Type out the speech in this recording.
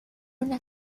una